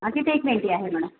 अ तिथे एक वेंटी आहे मॅडम